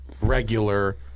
regular